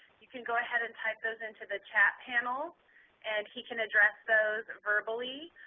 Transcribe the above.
you can go ahead and type those into the chat panel and he can address those verbally.